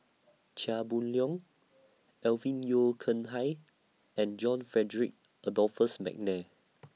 Chia Boon Leong Alvin Yeo Khirn Hai and John Frederick Adolphus Mcnair